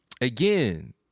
Again